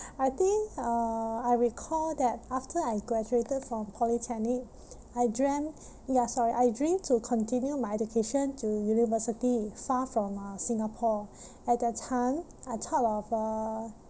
I think uh I recall that after I graduated from polytechnic I dreamt ya sorry I dream to continue my education to university far from uh Singapore at that time I thought of uh